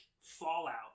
fallout